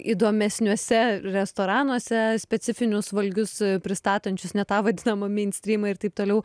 įdomesniuose restoranuose specifinius valgius pristatančius ne tą vadinamą mainstrymą ir taip toliau